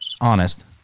honest